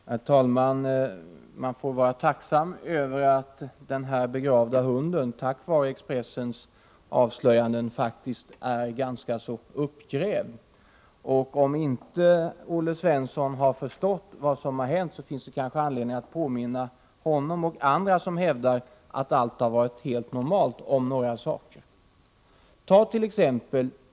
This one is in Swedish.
Herr talman! Man får vara tacksam för att den begravna hunden, tack vare Expressens avslöjanden, faktiskt är ganska uppgrävd. Om inte Olle Svensson har förstått vad som har hänt, finns det kanske anledning att påminna honom och andra som hävdar att allt varit helt normalt om några saker: Tat.ex.